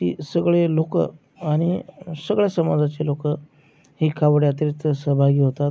ती सगळे लोक आणि सगळ्या समाजाची लोक ही कावड यात्रेत सहभागी होतात